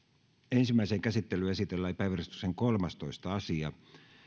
ensimmäiseen käsittelyyn esitellään päiväjärjestyksen kolmastoista asia